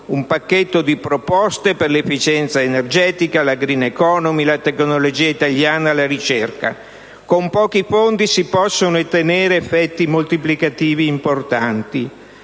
un pacchetto di proposte per l'efficienza energetica, la *green economy*, la tecnologia italiana e la ricerca. Con pochi fondi si possono ottenere effetti moltiplicativi importanti,